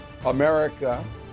America